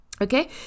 Okay